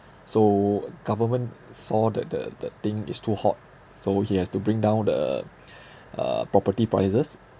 so government saw the the the thing is too hot so he has to bring down the uh property prices